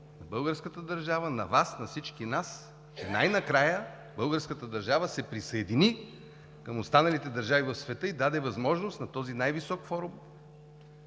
на българската държава, на Вас, на всички нас е, че най-накрая българската държава се присъедини към останалите държави в света и даде възможност на този най-висок форум